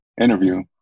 interview